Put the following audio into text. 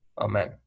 Amen